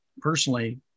personally